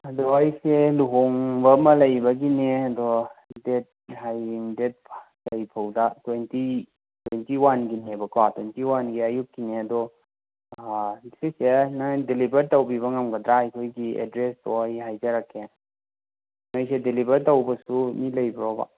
ꯑꯗꯣ ꯑꯩꯁꯦ ꯂꯨꯍꯣꯡꯕ ꯑꯃ ꯂꯩꯕꯒꯤꯅꯦ ꯑꯗꯣ ꯗꯦꯠ ꯍꯌꯦꯡ ꯗꯦꯠ ꯀꯔꯤꯐꯥꯎꯗ ꯇ꯭ꯋꯦꯟꯇꯤ ꯇ꯭ꯋꯦꯟꯇꯤ ꯋꯥꯟ ꯒꯤꯅꯦꯕ ꯇ꯭ꯋꯦꯟꯇꯤ ꯋꯥꯟꯒꯤ ꯑꯌꯨꯛꯀꯤꯅꯦ ꯑꯗꯣ ꯁꯤꯁꯦ ꯅꯣꯏ ꯗꯤꯂꯤꯚꯔ ꯇꯧꯕꯤꯕ ꯉꯝꯒꯗ꯭ꯔꯥ ꯑꯩꯈꯣꯏꯒꯤ ꯑꯦꯗ꯭ꯔꯦꯁꯇꯣ ꯑꯩ ꯍꯥꯏꯖꯔꯛꯀꯦ ꯅꯣꯏꯁꯦ ꯗꯤꯂꯤꯚꯔ ꯇꯧꯕꯁꯨ ꯃꯤ ꯂꯩꯕ꯭ꯔꯣꯕ